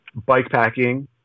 bikepacking